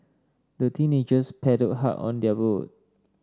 the teenagers paddled hard on their boat